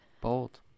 Bold